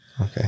okay